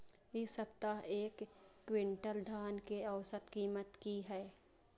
इ सप्ताह एक क्विंटल धान के औसत कीमत की हय?